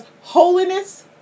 holiness